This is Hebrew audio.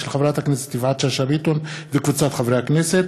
של חברת הכנסת יפעת שאשא ביטון וקבוצת חברי הכנסת.